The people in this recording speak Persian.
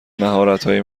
مهارتهایی